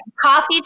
coffee